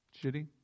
Judy